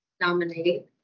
nominate